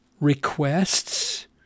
requests